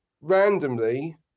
randomly